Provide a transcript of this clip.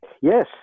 Yes